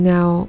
Now